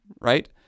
right